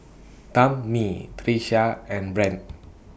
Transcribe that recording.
Tammi Tricia and Brandt